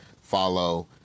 follow